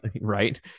right